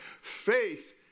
Faith